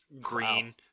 green